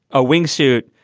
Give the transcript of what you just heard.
a wingsuit.